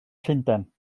llundain